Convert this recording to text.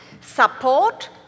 support